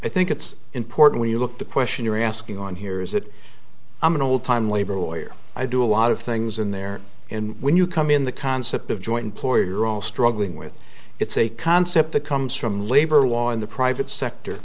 i think it's important when you look the question you're asking on here is that i'm an old time labor lawyer i do a lot of things in there and when you come in the concept of joint employer all struggling with it's a concept that comes from labor law in the private sector